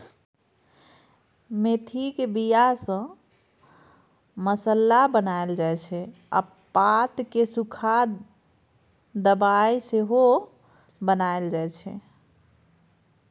मेथीक बीया सँ मसल्ला बनाएल जाइ छै आ पात केँ सुखा दबाइ सेहो बनाएल जाइ छै